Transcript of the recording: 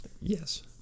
Yes